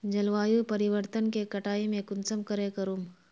जलवायु परिवर्तन के कटाई में कुंसम करे करूम?